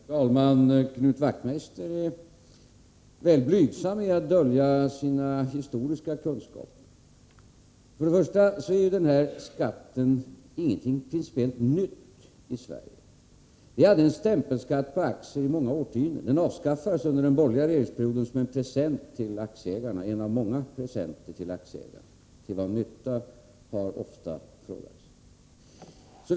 Herr talman! Knut Wachtmeister försöker blygsamt dölja sina historiska kunskaper. För det första är den här skatten inte något principiellt nytt i Sverige. Vi hade en stämpelskatt på aktier under många årtionden. Den avskaffades under den borgerliga regeringsperioden som en bland många presenter till aktieägarna. Till vad nytta? har ofta frågats.